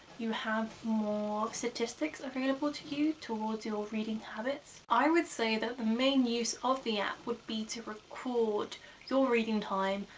you have more statistics available to you towards your reading habits. i would say that the main use of the app would be to record your reading time,